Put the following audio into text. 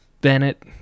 Bennett